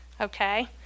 okay